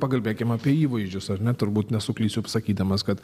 pakalbėkim apie įvaizdžius ar ne turbūt nesuklysiu sakydamas kad